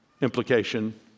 implication